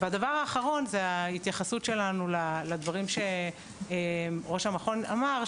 והדבר האחרון זה ההתייחסות שלנו לדברים שראש המכון אמר,